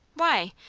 why?